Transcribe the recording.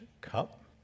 cup